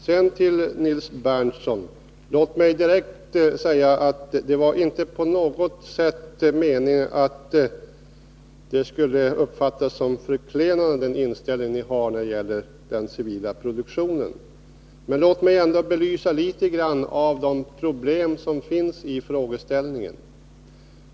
Sedan till Nils Berndtson. Låt mig direkt säga att det inte på något sätt var meningen att den inställning ni har när det gäller den civila produktionen skulle uppfattas som förklenande. Men låt mig ändå belysa litet av de problem som finns i frågeställningen.